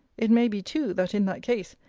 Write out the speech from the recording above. it may be too, that, in that case,